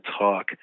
talk